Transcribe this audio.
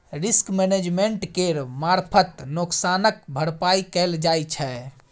risk management केर मारफत नोकसानक भरपाइ कएल जाइ छै